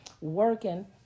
working